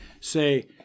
Say